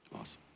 Awesome